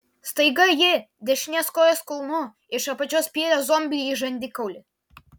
staiga ji dešinės kojos kulnu iš apačios spyrė zombiui į žandikaulį